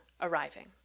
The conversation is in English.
arriving